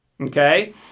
Okay